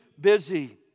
busy